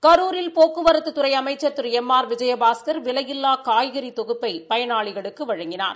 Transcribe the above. கரூரில் போக்குவரத்துத்துறை அமைச்ச் திரு எம் ஆர் விஜயபாஸ்கள் விலையில்லா காய்கறி தொகுப்பை பயனாளிகளுக்கு வழங்கினார்